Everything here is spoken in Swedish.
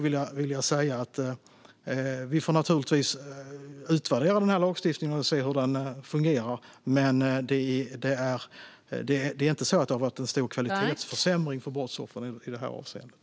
Vi får naturligtvis utvärdera lagstiftningen och se hur den fungerar, men jag skulle nog vilja säga att det inte har varit en stor kvalitetsförsämring för brottsoffren i det här avseendet.